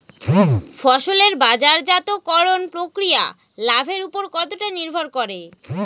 ফসলের বাজারজাত করণ প্রক্রিয়া লাভের উপর কতটা নির্ভর করে?